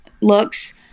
looks